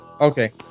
Okay